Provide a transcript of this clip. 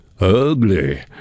ugly